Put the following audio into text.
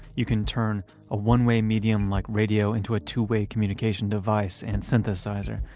you can turn a one-way medium like radio into a two-way communication device and synthesizer.